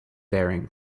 bearing